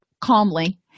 calmly